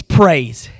praise